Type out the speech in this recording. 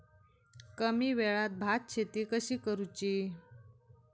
कमी वेळात भात शेती कशी करुची?